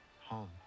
Home